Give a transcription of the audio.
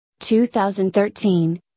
2013